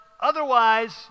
Otherwise